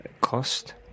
Cost